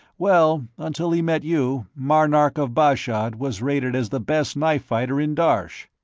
well, until he met you, marnark of bashad was rated as the best knife-fighter in darsh.